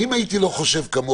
אם לא הייתי חושב כמוכם